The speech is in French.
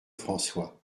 françois